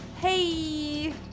hey